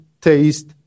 taste